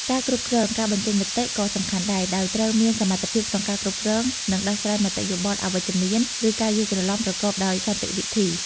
ការគ្រប់គ្រងការបញ្ចេញមតិក៏សំខាន់ដែរ ដោយត្រូវមានសមត្ថភាពក្នុងការគ្រប់គ្រង និងដោះស្រាយមតិយោបល់អវិជ្ជមាន ឬការយល់ច្រឡំប្រកបដោយសន្តិវិធី។